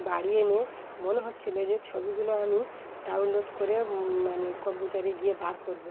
বাড়ি এনে মনে হচ্ছিলো যে ছবিগুলো আমি ডাউনলোড করে মানে কম্পিউটারে গিয়ে বার করবো